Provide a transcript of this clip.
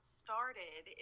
started